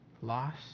loss